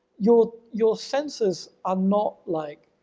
your your senses are not like